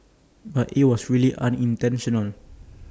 but IT was really unintentional